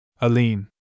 Aline